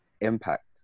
impact